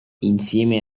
insieme